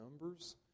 Numbers